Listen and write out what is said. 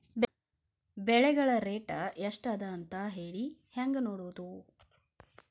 ಬೆಳೆಗಳ ರೇಟ್ ಎಷ್ಟ ಅದ ಅಂತ ಹೇಳಿ ಹೆಂಗ್ ನೋಡುವುದು?